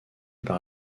par